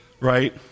Right